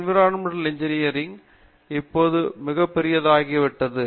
environmental engineering இப்போது மிகப்பெரியதாகிவிட்டது